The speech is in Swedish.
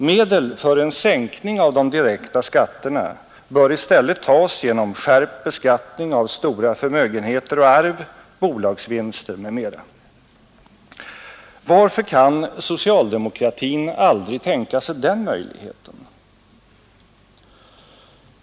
Medel för en sänkning av de direkta skatterna bör i stället tas genom skärpt beskattning av stora förmögenheter och arv, bolagsvinster m.m. Varför kan socialdemokratin aldrig tänka sig den möjligheten?